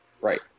Right